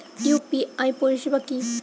UPI পরিসেবা কি?